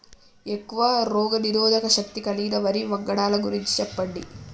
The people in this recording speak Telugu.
ఎక్కువ రోగనిరోధక శక్తి కలిగిన వరి వంగడాల గురించి చెప్పండి?